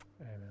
Amen